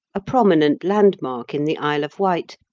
a prominent landmark in the isle of wight,